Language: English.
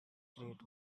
great